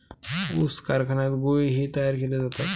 ऊस कारखान्यात गुळ ही तयार केले जातात